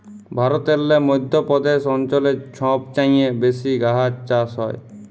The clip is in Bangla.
ভারতেল্লে মধ্য প্রদেশ অঞ্চলে ছব চাঁঁয়ে বেশি গাহাচ চাষ হ্যয়